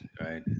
right